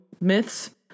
myths